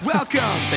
Welcome